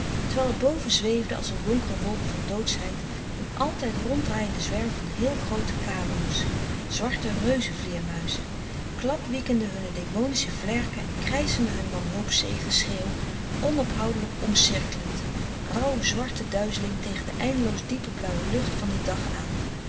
terwijl er boven zweefde als een donkere wolk van doodschheid een altijd ronddraaiende zwerm van heel groote kalongs zwarte reuzevleêrmuizen klapwiekende hunne demonische vlerken en krijschende hun wanhoopzege schreeuw onophoudelijk omcirkelend rouw zwarte duizeling tegen louis couperus de stille kracht de eindeloos diepe blauwe lucht van den dag aan